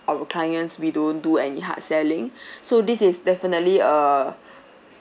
our clients we don't do any hard selling so this is definitely err